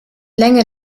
länge